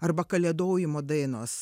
arba kalėdojimo dainos